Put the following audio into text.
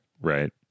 Right